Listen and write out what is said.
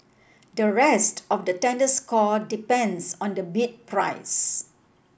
the rest of the tender score depends on the bid price